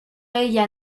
ella